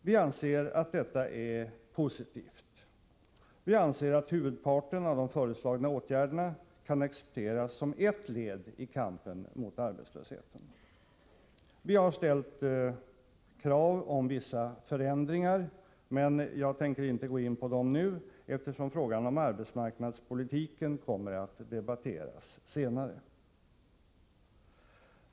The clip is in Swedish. Vi anser att detta är positivt, och att huvudparten av de föreslagna åtgärderna kan accepteras som ert led i kampen mot arbetslösheten. Vi har ställt krav på vissa förändringar, men jag tänker inte gå in på dem nu eftersom frågan om arbetsmarknadspolitiken kommer att debatteras senare.